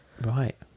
right